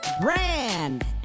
Brand